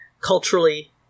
culturally